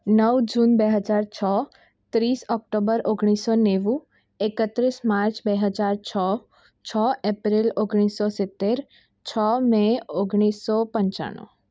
નવ જૂન બે હજાર છ ત્રીસ ઓક્ટોબર ઓગણીસસો નેવું એકત્રીસ માર્ચ બે હજાર છ છ એપ્રિલ ઓગણીસસો સિત્તેર છ મે ઓગણીસસો પંચાણું